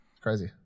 Crazy